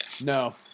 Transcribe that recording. No